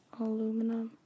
aluminum